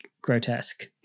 grotesque